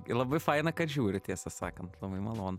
labai faina kad žiūri tiesą sakant labai malonu